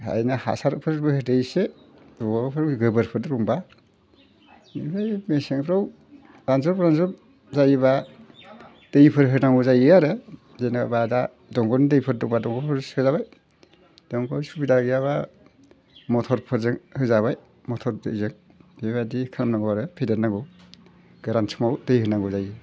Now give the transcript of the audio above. ओरैनो हासारफोरबो होदो एसे बबावबाफोरनि गोबोरफोर दंबा ओमफ्राय मेसेंफ्राव रानजाब रानजाब जायोबा दैफोर होनांगौ जायो आरो जेनेबा दा दंग'नि दैफोर दंबा दंग'नि सोजाबाय दंग'नि सुबिदा गैयाबा मटरफोरजों होजाबाय मटर दैजों बेबायदि खालामनांगौ आरो फेदेरनांगौ